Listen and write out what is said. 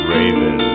Raven